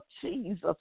Jesus